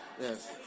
Yes